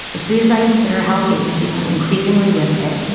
the foods i consider healthy have become increasingly limited,